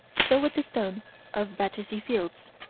so with the stone of battersea fields.